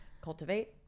cultivate